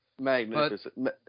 Magnificent